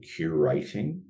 curating